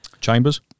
Chambers